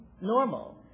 normal